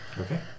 Okay